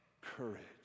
courage